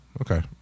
okay